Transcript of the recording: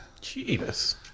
Jesus